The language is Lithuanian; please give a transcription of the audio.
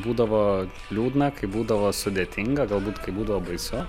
būdavo liūdna kai būdavo sudėtinga galbūt kai būdavo baisu